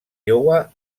iowa